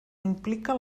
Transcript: implica